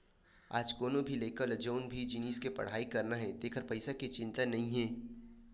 आज कोनो भी लइका ल जउन भी जिनिस के पड़हई करना हे तेखर पइसा के चिंता नइ हे